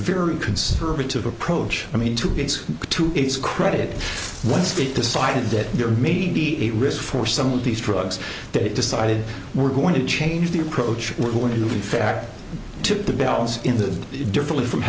very conservative approach i mean to get to its credit one state decided that there may be a risk for some of these drugs that decided we're going to change the approach we're going to move in fact to the bells in the different from